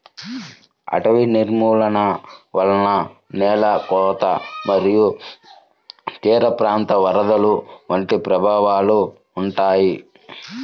అటవీ నిర్మూలన వలన నేల కోత మరియు తీరప్రాంత వరదలు వంటి ప్రభావాలు ఉంటాయి